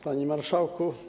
Panie Marszałku!